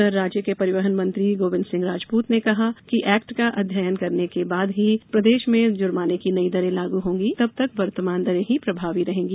उधर राज्य के परिवहन मंत्री गोविंद सिंह राजपुत ने कहा कि एक्ट का अध्ययन करने के बाद ही प्रदेश में जुर्माने की नई दरें लागू होंगी तबतक वर्तमान दरें ही प्रभावी रहेंगी